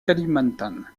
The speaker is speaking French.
kalimantan